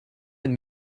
and